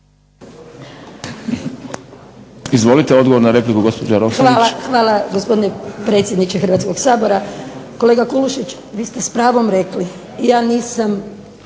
Izvolite, odgovor na repliku gospođa Roksandić. **Roksandić, Ivanka (HDZ)** Hvala gospodine predsjedniče Hrvatskog sabora. Kolega Kulušić vi ste s pravom rekli ja nisam